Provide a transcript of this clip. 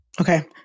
Okay